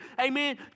Amen